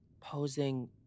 posing